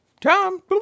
Tom